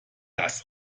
dass